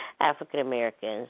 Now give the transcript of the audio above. African-Americans